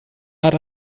hart